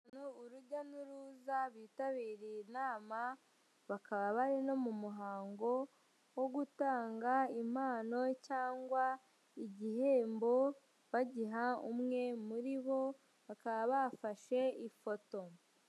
Urujya n'uruza bitabiriye inama bakaba bari no mu muhango wo gutanga impano cyangwa igihembo bagiha umwe muri bo bakaba bafashe ifoto.